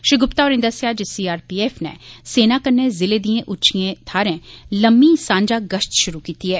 श्री गुप्ता होरें दस्सेआ जे सीआरपीएफ नै नैना कन्नै जिले दिए उच्चिए थाहरें लम्मी सांझा गश्त शुरू कीती ऐ